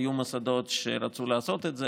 היו מוסדות שרצו לעשות את זה.